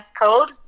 code